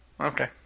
Okay